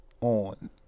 on